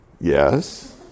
yes